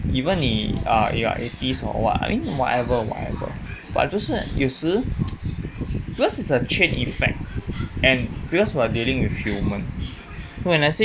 even 你 err if you are atheist or what whatever whatever but 就是有时 because it's a chain effect and because we are dealing with humans so when I say